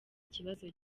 kibazo